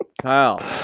Kyle